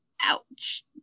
ouch